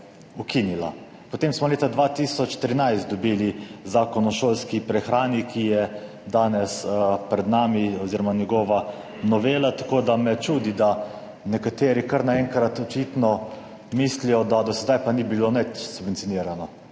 Potem smo leta 2013 dobili Zakon o šolski prehrani, danes je pred nami njegova novela. Tako da me čudi, da nekateri kar naenkrat očitno mislijo, da do sedaj pa ni bilo nič subvencionirano,